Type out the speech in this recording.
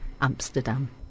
Amsterdam